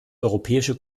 europäische